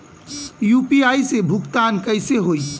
UPI से भुगतान कइसे होहीं?